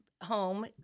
home